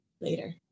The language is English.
later